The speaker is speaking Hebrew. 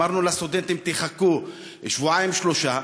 ואמרנו לסטודנטים: חכו שבועיים-שלושה.